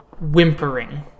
whimpering